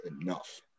enough